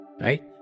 Right